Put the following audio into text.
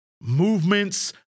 movements